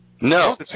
No